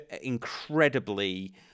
incredibly